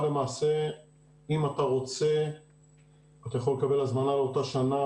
למעשה אם אתה רוצה אתה יכול לקבל הזמנה לאותה שנה,